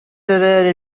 эрээри